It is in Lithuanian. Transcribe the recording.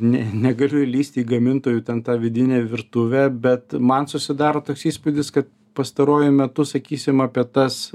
ne negaliu įlįsti į gamintojų ten tą vidinę virtuvę bet man susidaro toks įspūdis kad pastaruoju metu sakysim apie tas